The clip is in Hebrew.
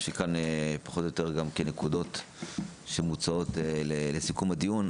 שכאן פחות או יותר גם כנקודות שמוצעות לסיכום הדיון,